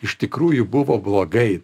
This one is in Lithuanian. iš tikrųjų buvo blogai